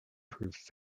proof